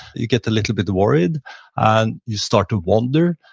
you get a little bit worried and you start to wander,